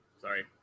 Sorry